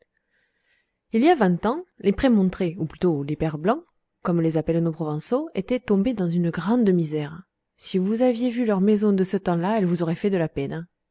il y a vingt ans les prémontrés ou plutôt les pères blancs comme les appellent nos provençaux étaient tombés dans une grande misère si vous aviez vu leur maison de ce temps-là elle vous aurait fait peine